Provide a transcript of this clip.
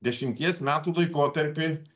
dešimties metų laikotarpį